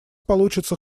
получится